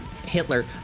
Hitler